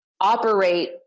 operate